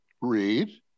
Read